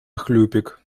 хлюпик